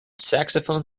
saxophone